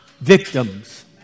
victims